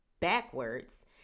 backwards